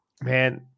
Man